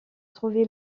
trouvé